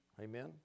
Amen